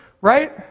right